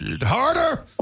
Harder